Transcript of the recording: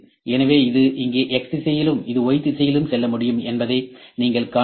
எனவே இது இங்கே X திசையிலும் இது Y திசையில் செல்ல முடியும் என்பதை நீங்கள் காணலாம்